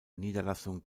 niederlassung